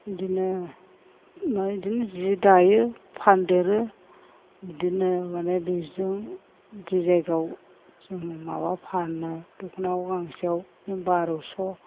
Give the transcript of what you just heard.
बिदिनो बा बिदिनो सि दायो फानदेरो बिदिनो माने बिजों जि जायगायाव जों माबा फानो दखनाखौ गांसेयाव बार'स'